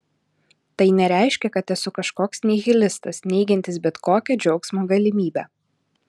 tai nereiškia kad esu kažkoks nihilistas neigiantis bet kokią džiaugsmo galimybę